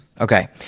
Okay